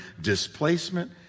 displacement